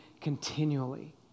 continually